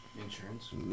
Insurance